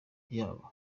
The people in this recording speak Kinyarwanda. yabo